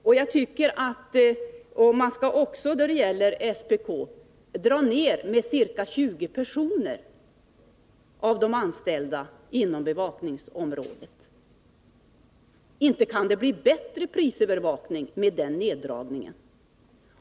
SPK:s anställda skall minskas med 20 personer inom bevakningsområdet. Inte kan det väl bli en bättre prisövervakning med den neddragningen?